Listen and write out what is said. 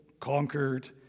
conquered